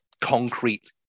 concrete